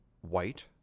white